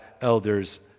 elders